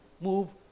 move